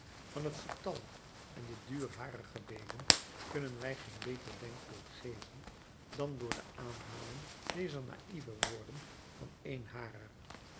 van het getal en den duur harer gebeden kunnen wij geen beter denkbeeld geven dan door de aanhaling dezer naïeve woorden van een harer